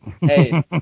Hey